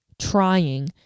trying